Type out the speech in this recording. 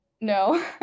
no